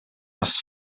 lasts